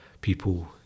people